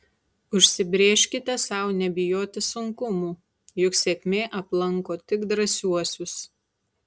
užsibrėžkite sau nebijoti sunkumų juk sėkmė aplanko tik drąsiuosius